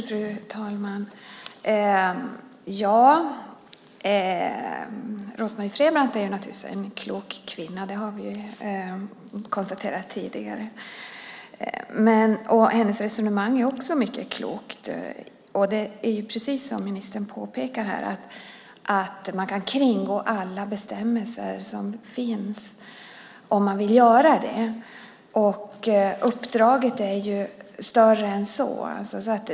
Fru talman! Rose-Marie Frebran är naturligtvis en klok kvinna. Det har vi konstaterat tidigare. Hennes resonemang är också mycket klokt. Det är precis som ministern påpekar: Man kan kringgå alla bestämmelser som finns om man vill göra det. Uppdraget är större än så.